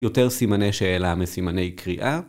‫יותר סימני שאלה מסימני קריאה.